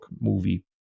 movie